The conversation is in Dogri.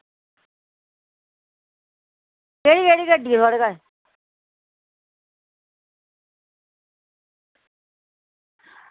केह्ड़ी केह्ड़ी गड्डी ऐ थुआढ़े कश